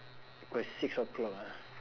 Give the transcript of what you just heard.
oh it's six o'clock ah